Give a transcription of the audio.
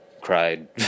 cried